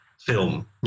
film